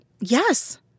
Yes